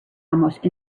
almost